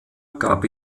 gab